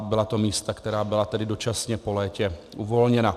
Byla to místa, která byla tedy dočasně po létě uvolněna.